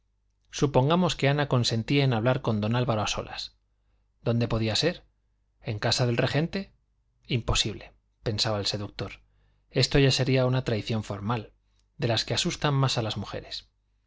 supongamos que ana consentía en hablar con don álvaro a solas dónde podía ser en casa del regente imposible pensaba el seductor esto ya sería una traición formal de las que asustan más a las mujeres